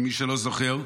למי שלא זוכר,